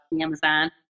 Amazon